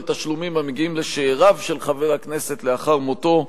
תשלומים המגיעים לשאיריו של חבר הכנסת לאחר מותו,